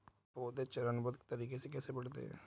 पौधे चरणबद्ध तरीके से कैसे बढ़ते हैं?